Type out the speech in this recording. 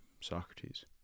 Socrates